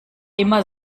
immer